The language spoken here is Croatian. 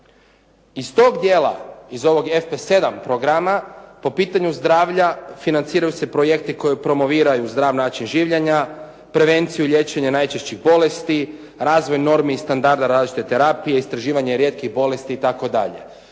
Iz tog dijela, iz ovog FP7 programa po pitanju zdravlja financiraju se projekti koji promoviraju zdrav način življenja, prevenciju liječenja najčešćih bolesti, razvoj normi i standarda različite terapije, istraživanje rijetkih bolesti itd.